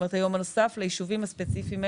כלומר יום נוסף ליישובים ספציפיים.